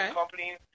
companies